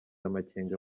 amakenga